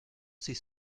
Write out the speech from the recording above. ces